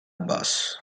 basso